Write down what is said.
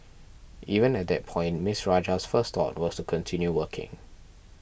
even at that point Ms Rajah's first thought was to continue working